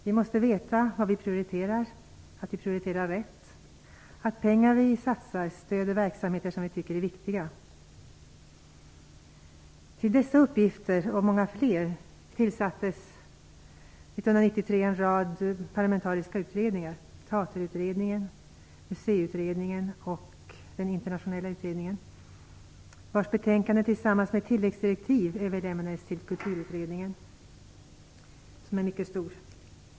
Vi måste veta vad vi prioriterar, att vi prioriterar rätt, att pengar vi satsar stöder verksamheter som vi tycker är viktiga. Till dessa uppgifter och många fler tillsattes 1993 en rad parlamentariska utredningar, Teaterutredningen, Museiutredningen och Internationella utredningen, vars betänkanden tillsammans med tilläggsdirektiv överlämnades till Kulturutredningen, som är mycket stor.